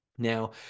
Now